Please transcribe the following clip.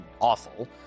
awful